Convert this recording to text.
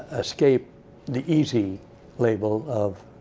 escape the easy label of